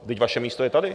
Vždyť vaše místo je tady.